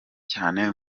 cyane